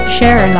Share